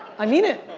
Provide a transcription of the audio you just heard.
i mean it.